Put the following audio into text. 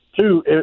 two